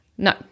No